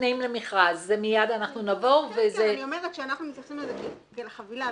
אנחנו מתייחסים לזה כאל חבילה,